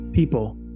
People